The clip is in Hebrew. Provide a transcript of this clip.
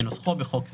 כנוסחו בחוק זה.